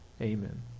Amen